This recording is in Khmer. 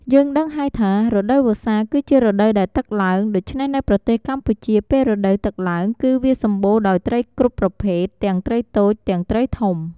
យើងដឹងហើយថា រដូវវស្សាគឺជារដូវដែលទឹកឡើង ដូច្នេះនៅប្រទេសកម្ពុជាពេលរដូវទឹកឡើង គឺវាសម្បូរដោយត្រីគ្រប់ប្រភេទ ទាំងត្រីតូច ទាំងត្រីធំ។